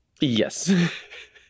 Yes